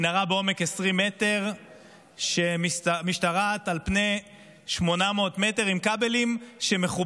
מנהרה בעומק של 20 מטרים שמשתרעת על פני 800 מטרים עם כבלים שמחוברים,